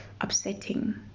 upsetting